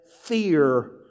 fear